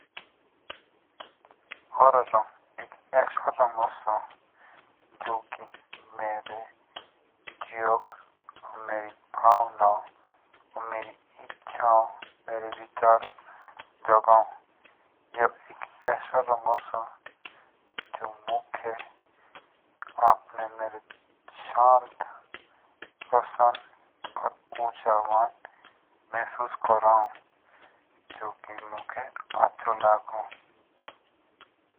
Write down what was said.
हरा रंग एक ऐसा रंग ओसा जो की मेरे भावना मेरी इच्छाओ मेरे विचारों जगाओ। यह कैसा रंग असा जो मुनके अपने मेरे शांत प्रसन्न और उर्जावान महसूस करो जो की मुख्या अचो लगो।